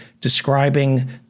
describing